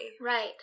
Right